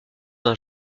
d’un